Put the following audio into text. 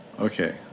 Okay